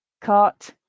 Cart